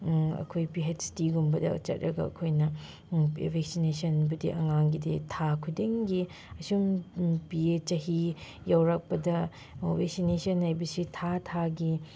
ꯑꯩꯈꯣꯏ ꯄꯤ ꯍꯩꯠꯁ ꯗꯤꯒꯨꯝꯕꯗ ꯆꯠꯂꯒ ꯑꯩꯈꯣꯏꯅ ꯚꯦꯛꯁꯤꯅꯦꯁꯟꯕꯨꯗꯤ ꯑꯉꯥꯡꯒꯤꯗꯤ ꯊꯥ ꯈꯨꯗꯤꯡꯒꯤ ꯑꯁꯨꯝ ꯄꯤꯌꯦ ꯆꯍꯤ ꯌꯧꯔꯛꯄꯗ ꯚꯦꯁꯤꯅꯦꯁꯟ ꯍꯥꯏꯕꯁꯦ ꯊꯥ ꯊꯥꯒꯤ